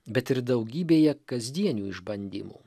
bet ir daugybėje kasdienių išbandymų